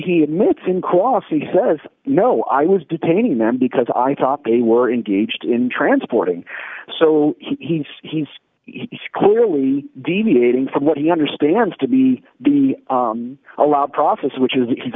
he admits in cross the says no i was detaining them because i thought they were engaged in transporting so he's he's he's clearly deviating from what he understands to be the allowed process which is if he's